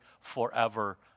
forever